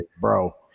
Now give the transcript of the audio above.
bro